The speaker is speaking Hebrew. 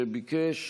שביקש